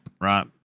right